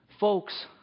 Folks